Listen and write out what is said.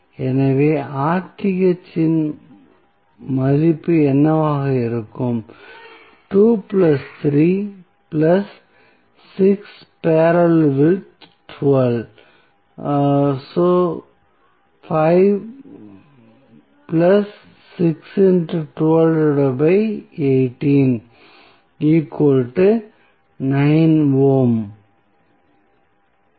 எனவே இன் மதிப்பு என்னவாக இருக்கும்